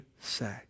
say